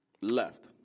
left